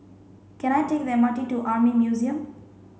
can I take the M R T to Army Museum